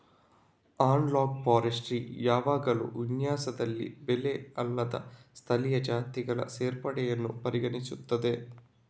analogue forestry ಯಾವಾಗಲೂ ವಿನ್ಯಾಸದಲ್ಲಿ ಬೆಳೆ ಅಲ್ಲದ ಸ್ಥಳೀಯ ಜಾತಿಗಳ ಸೇರ್ಪಡೆಯನ್ನು ಪರಿಗಣಿಸುತ್ತದೆ